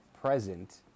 present